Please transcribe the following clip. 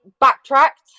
backtracked